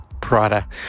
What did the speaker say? Prada